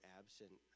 absent